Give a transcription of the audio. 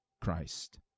Christ